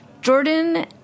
Jordan